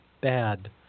Bad